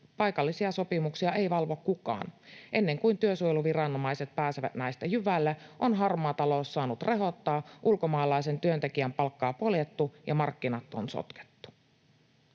paikallisia sopimuksia ei valvo kukaan. Ennen kuin työsuojeluviranomaiset pääsevät näistä jyvälle, on harmaa talous saanut rehottaa, ulkomaalaisen työntekijän palkkaa poljettu ja markkinat on sotkettu.